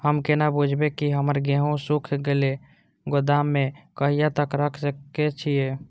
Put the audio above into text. हम केना समझबे की हमर गेहूं सुख गले गोदाम में कहिया तक रख सके छिये?